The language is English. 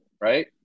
right